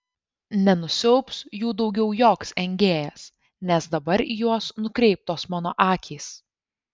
nenusiaubs jų daugiau joks engėjas nes dabar į juos nukreiptos mano akys